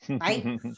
right